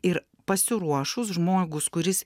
ir pasiruošus žmogus kuris